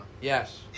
yes